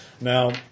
Now